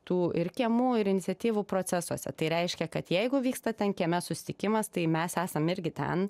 tų ir kiemų ir iniciatyvų procesuose tai reiškia kad jeigu vyksta ten kieme susitikimas tai mes esam irgi ten